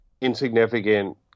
insignificant